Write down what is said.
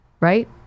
right